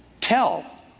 Tell